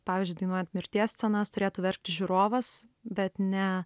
pavyzdžiui dainuojant mirties scenas turėtų verkti žiūrovas bet ne